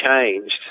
changed